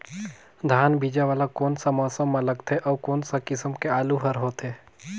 धान बीजा वाला कोन सा मौसम म लगथे अउ कोन सा किसम के आलू हर होथे?